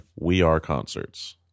WeAreConcerts